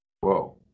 Whoa